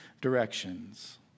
directions